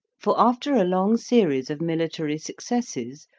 for, after a long series of military successes,